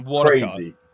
Crazy